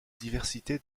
diversité